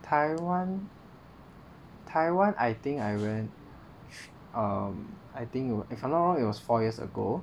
Taiwan Taiwan I think I went I think if I'm not wrong it was four years ago